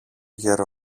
γερο